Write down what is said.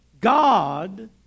God